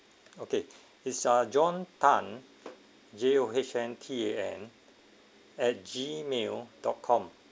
okay is ah john tan J O H N T A N at gmail dot com